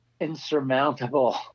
insurmountable